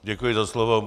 Děkuji za slovo.